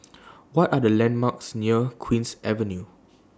What Are The landmarks near Queen's Avenue